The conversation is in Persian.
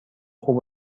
خوب